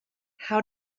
how